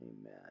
Amen